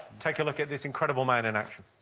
take look at this incredible man in action.